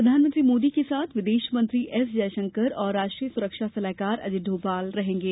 प्रधानमंत्री मोदी के साथ विदेश मंत्री एस जयशंकर तथा राष्ट्रीय सुरक्षा सलाहकार अजित डोभाल रहेंगे